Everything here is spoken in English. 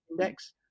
Index